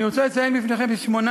אני רוצה לציין בפניכם כי שמונה